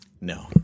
No